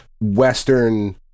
Western